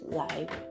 life